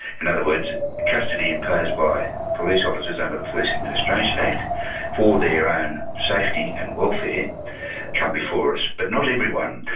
in other words custody imposed by police officers under the police administration act for their own safety and welfare come before us, but not everyone.